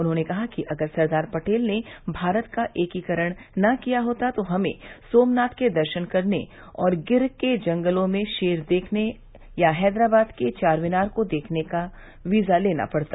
उन्होंने कहा कि अगर सरदार पटेल ने भारत का एकीकरण न किया होता तो हमें सोमनाथ के दर्शन करने और गिर के जंगलों में शेर देखने या हैदराबाद के चारमीनार को देखने के लिए वीजा लेना पडता